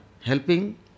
helping